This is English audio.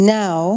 now